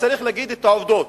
צריך להגיד את העובדות: